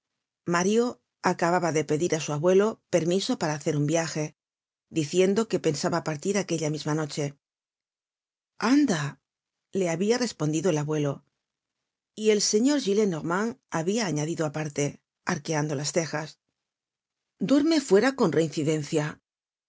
mario acababa de pedir á su abuelo permiso para hacer un viaje diciendo que pensaba partir aquella misma noche anda le habia respondido el abuelo y el señor gillenormand habia añadido aparte arqueando las cejas duerme fuera con reincidencia la